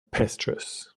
pastures